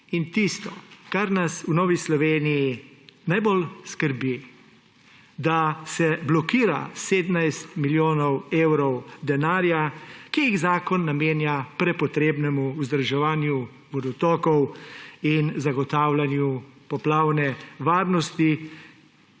In tisto, kar nas v Novi Sloveniji najbolj skrbi, da se blokira 17 milijonov evrov denarja, ki jih zakon namenja prepotrebnemu vzdrževanju vodotokov in zagotavljanju poplavne varnosti,